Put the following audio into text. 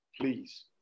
please